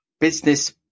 business